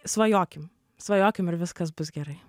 svajokim svajokim ir viskas bus gerai